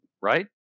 right